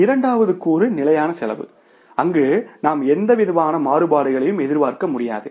இரண்டாவது கூறு நிலையான செலவு அங்கு நாம் எந்தவிதமான மாறுபாடுகளையும் எதிர்பார்க்க முடியாது